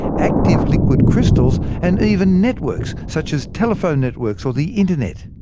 active liquid crystals, and even networks such as telephone networks or the internet.